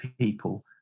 people